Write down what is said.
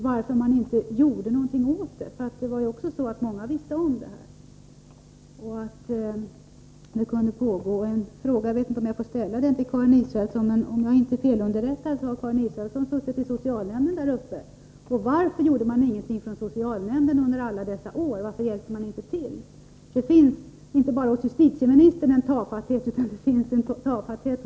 Varför gjorde man ingenting åt det? Många visste om det här. Jag vet inte om jag får ställa en fråga till Karin Israelsson, men om jag inte är felunderrättad har Karin Israelsson suttit i socialnämnden där uppe. Varför gjorde man ingenting från socialnämndens sida under alla dessa år? Varför hjälpte man inte till? Det finns en tafatthet inte bara hos justitieministern utan också hos många myndigheter i det här fallet.